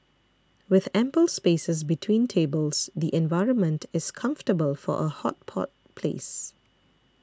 with ample spaces between tables the environment is comfortable for a hot pot place